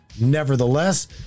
nevertheless